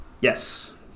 yes